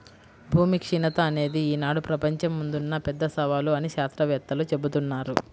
భూమి క్షీణత అనేది ఈనాడు ప్రపంచం ముందున్న పెద్ద సవాలు అని శాత్రవేత్తలు జెబుతున్నారు